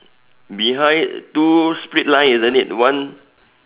behind two split line isn't it one